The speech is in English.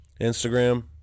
Instagram